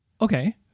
Okay